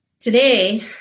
Today